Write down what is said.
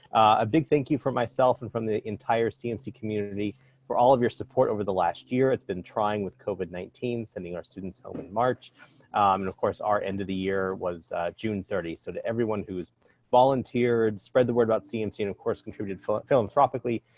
a big thank you for myself and from the entire cmc community for all of your support over the last year. it's been trying with covid nineteen, sending our students home in march. and of course our end of the year was june thirty. so to everyone who has volunteered, spread the word about cmc, and of course, contributed philanthropically,